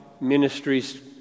ministries